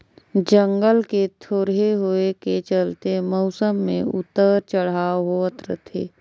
जंगल के थोरहें होए के चलते मउसम मे उतर चढ़ाव होवत रथे